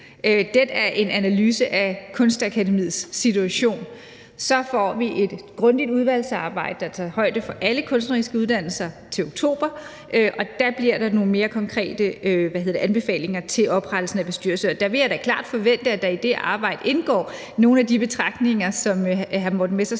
Den er en analyse af Kunstakademiets situation. Vi får så til oktober et grundigt udvalgsarbejde, der tager højde for alle kunstneriske uddannelser, og der kommer der nogle mere konkrete anbefalinger til oprettelsen af bestyrelser. Og jeg vil da klart forvente, at der i det arbejde indgår nogle af de betragtninger, som hr. Morten